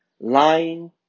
lying